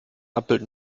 abbild